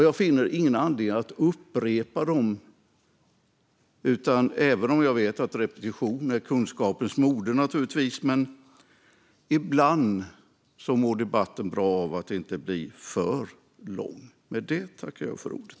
Jag finner ingen anledning att upprepa dem, även om jag vet att repetition är kunskapens moder. Men ibland mår debatten bra av att inte bli för lång. Med det tackar jag för ordet.